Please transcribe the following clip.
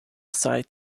side